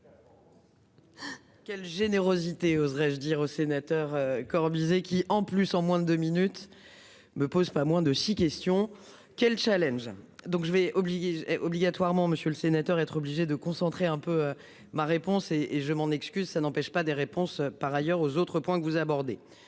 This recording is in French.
Quelle générosité. Oserais-je dire au sénateur Corbizet qui en plus en moins de deux minutes. Me pose pas moins de 6 questions quel challenge donc je vais. Obligatoirement, Monsieur le Sénateur, être obligés de concentrer un peu ma réponse et je m'en excuse, ça n'empêche pas des réponses par ailleurs aux autres points que vous abordez